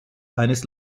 eines